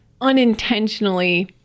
unintentionally